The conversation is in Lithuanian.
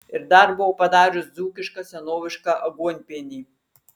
ir dar buvo padarius dzūkišką senovišką aguonpienį